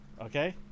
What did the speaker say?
Okay